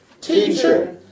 teacher